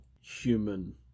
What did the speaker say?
human